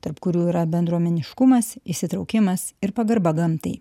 tarp kurių yra bendruomeniškumas įsitraukimas ir pagarba gamtai